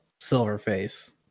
Silverface